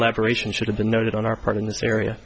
elaborate and should have been noted on our part in this area